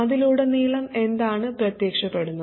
അതിലുടനീളം എന്താണ് പ്രത്യക്ഷപ്പെടുന്നത്